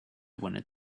wanted